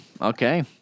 okay